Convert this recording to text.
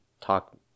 talk